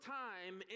time